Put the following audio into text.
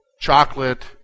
chocolate